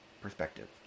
perspective